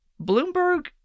Bloomberg